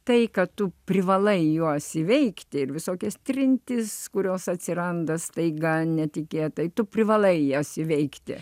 tai kad tu privalai juos įveikti ir visokias trintis kurios atsiranda staiga netikėtai tu privalai jas įveikti